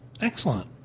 Excellent